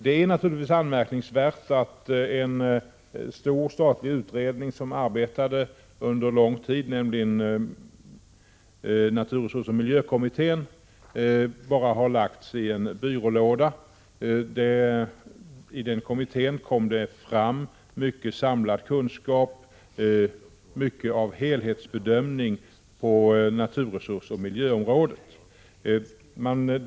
Det är naturligtvis anmärkningsvärt att en stor statlig utredning som arbetat under lång tid, nämligen naturresursoch miljökommittén, bara har lagts i en byrålåda. I den kommittén kom fram mycket samlad kunskap, mycket av helhetsbedömning på naturresursoch miljöområdet.